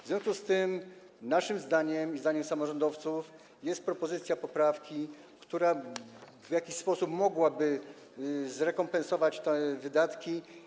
W związku z tym naszym zdaniem i zdaniem samorządowców niezbędna jest propozycja poprawki, która w jakiś sposób pozwoliłaby zrekompensować te wydatki.